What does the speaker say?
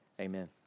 Amen